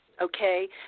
Okay